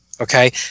okay